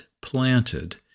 planted